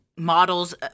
Models